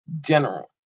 General